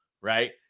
right